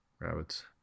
Rabbits